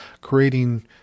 creating